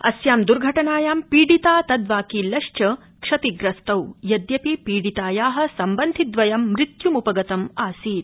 अस्यां दूर्घटनायां पीडिता तद्वाक्कीलश्च क्षतिग्रस्तौ यद्यपि पीडिताया सम्बन्धिद्वयं मृत्युमुपगतमासीत्